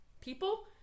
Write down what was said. people